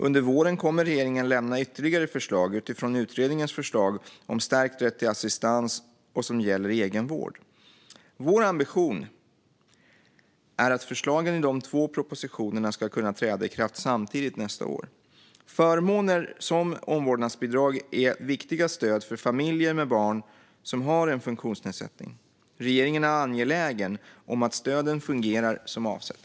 Under våren kommer regeringen att lämna ytterligare förslag utifrån utredningens förslag om stärkt rätt till assistans och som gäller egenvård. Vår ambition är att förslagen i de två propositionerna ska kunna träda i kraft samtidigt nästa år. Förmåner som omvårdnadsbidrag är viktiga stöd för familjer med barn som har en funktionsnedsättning. Regeringen är angelägen om att stöden fungerar som avsett.